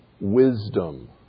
wisdom